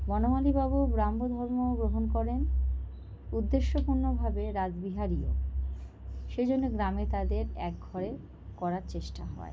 বনমালী বাবু ব্রাহ্মধর্ম গ্রহণ করেন উদ্দেশ্যপূর্ণভাবে রাসবিহারীও সেজন্য গ্রামে তাদের একঘরে করার চেষ্টা হয়